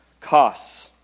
costs